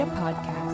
podcast